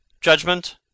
Judgment